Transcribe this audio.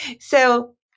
So-